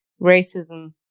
racism